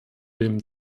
dem